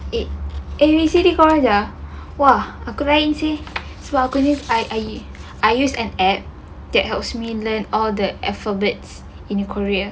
wait they said kau orang ajar !wah! aku ryan said sebab aku ni like I use an app to help me learn all the alphabets in korea